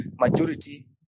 majority